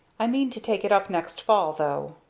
i mean to take it up next fall, though.